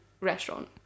restaurant